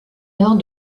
nord